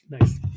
Nice